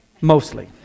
Mostly